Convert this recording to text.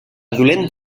dolent